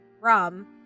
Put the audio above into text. rum